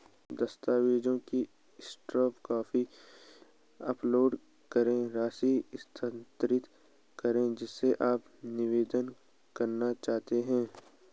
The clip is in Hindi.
दस्तावेजों की सॉफ्ट कॉपी अपलोड करें, राशि स्थानांतरित करें जिसे आप निवेश करना चाहते हैं